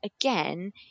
Again